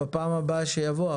בפעם הבאה שיבוא.